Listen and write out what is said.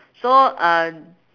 so un~